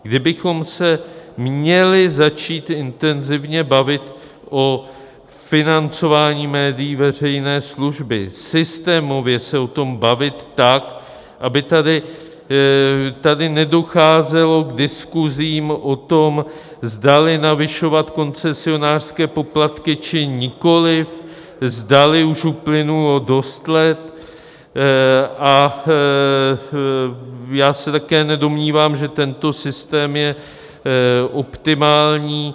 Kdybychom se měli začít intenzivně bavit o financování médií veřejné služby, systémově se o tom bavit tak, aby tady nedocházelo k diskuzím o tom, zdali navyšovat koncesionářské poplatky, či nikoliv, zdali už uplynulo dost let, a já se také nedomnívám, že tento systém je optimální.